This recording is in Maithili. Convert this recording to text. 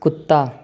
कुत्ता